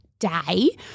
day